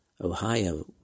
Ohio